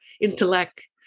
intellect